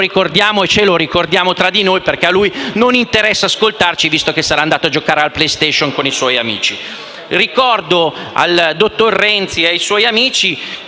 Ricordiamo al dottor Renzi e ai suoi amici